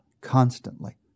constantly